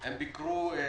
הם ביקרו באשקלון,